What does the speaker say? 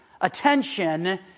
attention